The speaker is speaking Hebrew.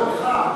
אני שואל אותך,